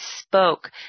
spoke